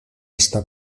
esta